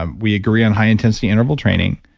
um we agree on high intensity interval training.